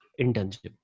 internship